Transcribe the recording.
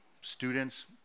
students